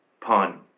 pun